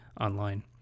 online